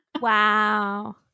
Wow